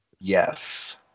Yes